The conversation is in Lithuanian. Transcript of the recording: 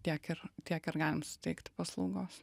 tiek ir tiek ir galim suteikti paslaugos